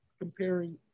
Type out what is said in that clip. comparing